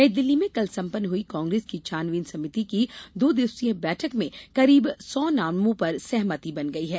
नई दिल्ली में कल सम्पन्न हुई कांग्रेस की छानबीन समिति की दो दिवसीय बैठक में करीब सौ नामों पर सहमति बन गई है